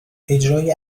اجرای